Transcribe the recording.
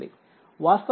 వాస్తవానికి ఇది1